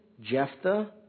Jephthah